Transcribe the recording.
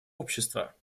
общества